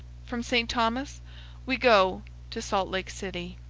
from st. thomas we go to salt lake city.